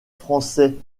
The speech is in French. français